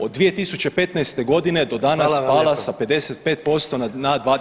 Od 2015. godine do danas pala sa 55% na 21.